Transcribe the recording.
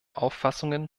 auffassungen